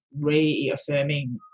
reaffirming